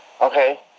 Okay